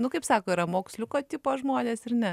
nu kaip sako yra moksliuko tipo žmonės ir ne